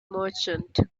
merchant